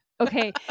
Okay